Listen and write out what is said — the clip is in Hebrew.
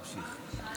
תמשיך.